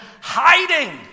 hiding